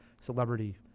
celebrity